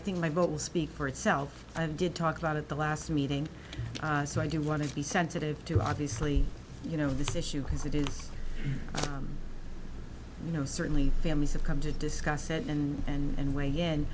think my vote will speak for itself i did talk about it the last meeting so i did want to be sensitive to obviously you know this issue because it is you know certainly families have come to discuss it and and way yeah and